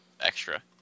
extra